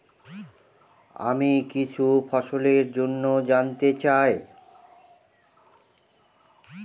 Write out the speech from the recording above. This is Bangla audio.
আমি কিছু ফসল জন্য জানতে চাই